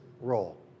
role